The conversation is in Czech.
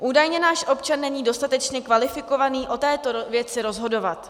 Údajně náš občan není dostatečně kvalifikovaný o této věci rozhodovat.